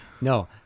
no